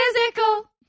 physical